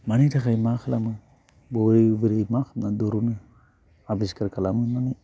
मानि थाखाय मा खालामो बोरै बोरै मा खालामनानै दिहुनो आबिस्कार खालामो माने